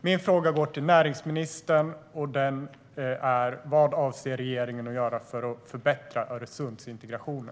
Min fråga går till näringsministern: Vad avser regeringen att göra för att förbättra Öresundsintegrationen?